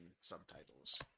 subtitles